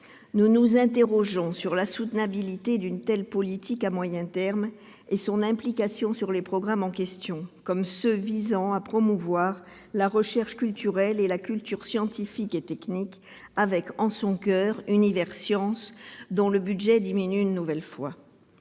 Nous nous interrogeons sur la soutenabilité d'une telle politique à moyen terme et sur son implication sur les programmes en question, comme ceux qui visent à promouvoir la recherche culturelle et la culture scientifique et technique, avec, en son coeur, Universcience, dont le budget diminue une nouvelle fois.